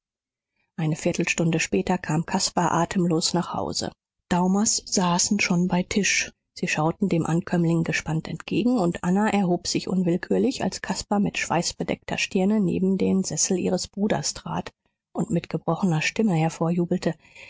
eine viertelstunde später kam caspar atemlos nach hause daumers saßen schon bei tisch sie schauten dem ankömmling gespannt entgegen und anna erhob sich unwillkürlich als caspar mit schweißbedeckter stirne neben den sessel ihres bruders trat und mit gebrochener stimme